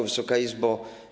Wysoka Izbo!